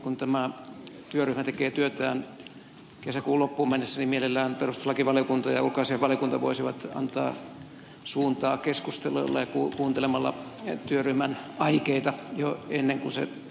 kun tämä työryhmä tekee työtään kesäkuun loppuun mennessä niin mielellään perustuslakivaliokunta ja ulkoasiainvaliokunta voisivat antaa suuntaa keskustelijoille kuuntelemalla työryhmän aikeita jo ennen kuin se mietinnöltään valmistuu